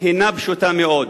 היא פשוטה מאוד,